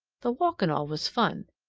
the walk and all was fun,